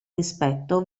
rispetto